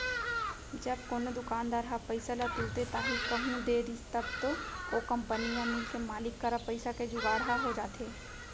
जब कोनो दुकानदार ह पइसा ल तुरते ताही कहूँ दे दिस तब तो ओ कंपनी या मील के मालिक करा पइसा के जुगाड़ ह हो जाथे